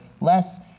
less